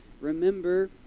remember